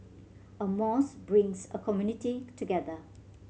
a mosque brings a community together